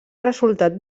resultat